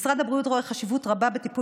משרד הבריאות רואה חשיבות רבה בטיפול